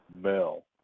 Mel